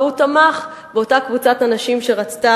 והוא תמך באותה קבוצת אנשים שרצתה